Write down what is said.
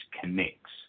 connects